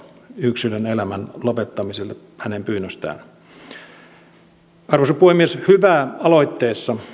yksilön elämän lopettamiselle hänen pyynnöstään arvoisa puhemies hyvää aloitteessa